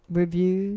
review